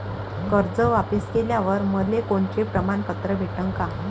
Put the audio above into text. कर्ज वापिस केल्यावर मले कोनचे प्रमाणपत्र भेटन का?